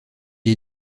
est